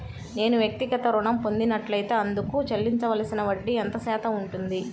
నేను వ్యక్తిగత ఋణం పొందినట్లైతే అందుకు చెల్లించవలసిన వడ్డీ ఎంత శాతం ఉంటుంది?